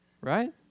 right